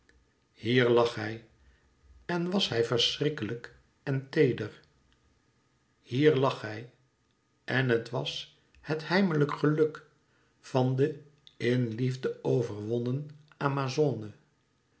hier lag hij en was hij verschrikkelijk en teeder hier lag hij en het was het heimlijk geluk van de in liefde overwonnen amazone